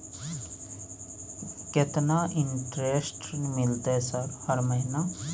केतना इंटेरेस्ट मिलते सर हर महीना?